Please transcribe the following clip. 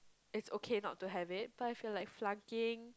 it's okay not to have it but I feel like